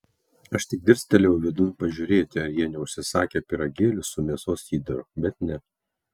aš tik dirstelėjau vidun pažiūrėti ar jie neužsisakę pyragėlių su mėsos įdaru bet ne